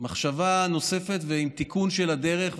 מחשבה נוספת ותיקון של הדרך,